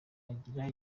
agira